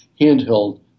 handheld